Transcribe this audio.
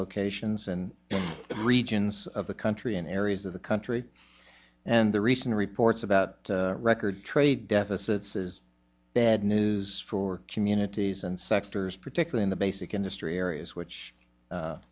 dislocations in the regions of the country and areas of the country and the recent reports about record trade deficits is bad news for communities and sectors particular in the basic industry areas which